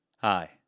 Hi